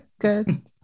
Good